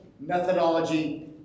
methodology